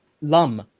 Lum